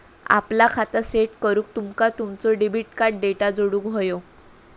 आपला खाता सेट करूक तुमका तुमचो डेबिट कार्ड डेटा जोडुक व्हयो